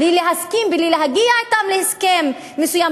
בלי להסכים, בלי להגיע אתם להסכם מסוים.